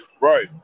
Right